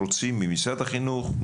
רוצים ממשרד החינוך,